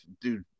dude –